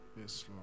Yes